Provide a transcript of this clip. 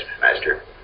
Master